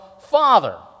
Father